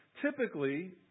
Typically